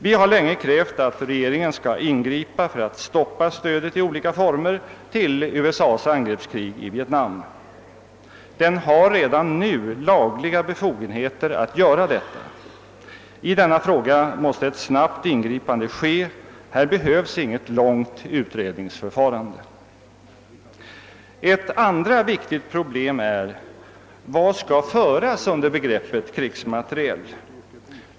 Vi har länge krävt att regeringen skall ingripa för att stoppa stödet i olika former till USA:s angreppskrig i Vietnam. Den har redan nu lagliga befogenheter att göra detta. I denna fråga måste ett snabbt ingripande ske — här behövs icke något långt utredningsförfarande. Ett andra viktigt problem är vad som skall föras under begreppet krigsmateriel.